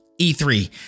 E3